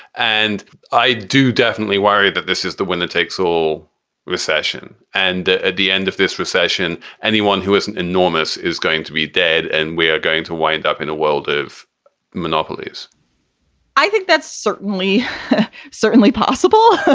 and i do definitely worry that this is the winner takes all recession. and at the end of this recession, anyone who is enormous is going to be dead and we are going to wind up in a world of monopolies i think that's certainly certainly possible.